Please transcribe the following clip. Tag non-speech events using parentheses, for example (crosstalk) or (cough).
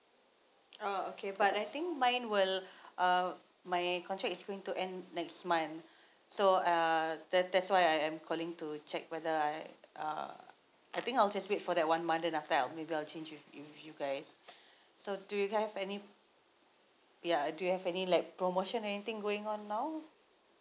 oh okay but I think mine will (breath) uh my contact is going to end next month (breath) so uh that that's why I am calling to check whether I uh I think I'll just wait for that one month then after I will maybe I will change with you with you guys (breath) so do you have any ya do you have any like promotion anything going on now